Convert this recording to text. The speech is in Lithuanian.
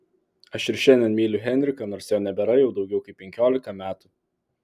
aš ir šiandien myliu henriką nors jo nebėra jau daugiau kaip penkiolika metų